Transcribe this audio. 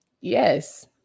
Yes